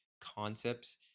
concepts